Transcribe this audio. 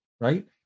right